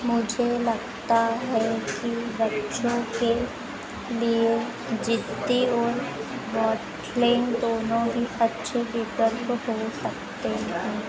मुझे लगता है कि बच्चों के लिए जिद्दी और बॉटलिंग दोनों ही अच्छे विकल्प हो सकते हैं